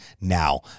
now